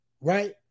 right